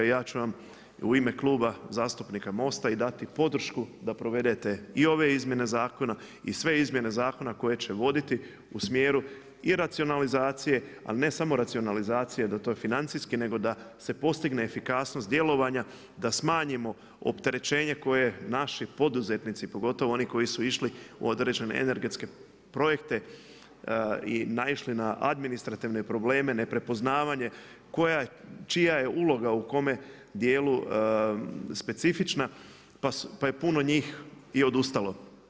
Ja ću vam u ime Kluba zastupnika Most-a i dati podršku da provedete i ove izmjene zakona i sve izmjene zakona koje će voditi u smjeru i racionalizacije, ali ne samo racionalizacije da to je financijski nego da se postigne efikasnost djelovanja, da smanjimo opterećenje koje naši poduzetnici pogotovo oni koji su išli u određene energetske projekte i naišli na administrativne probleme neprepoznavanje čija je uloga u kome dijelu specifična pa je puno njih i odustalo.